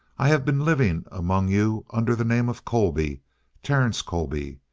i have been living among you under the name of colby terence colby.